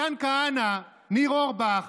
מתן כהנא, ניר אורבך